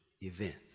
events